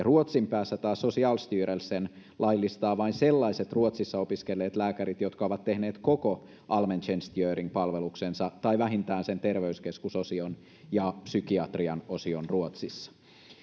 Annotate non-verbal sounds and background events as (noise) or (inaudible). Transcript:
(unintelligible) ruotsin päässä taas socialstyrelsen laillistaa vain sellaiset ruotsissa opiskelleet lääkärit jotka ovat tehneet koko allmäntjänstgöring palveluksensa tai vähintään sen terveyskeskusosion ja psykiatrian osion ruotsissa